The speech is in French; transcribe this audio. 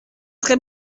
très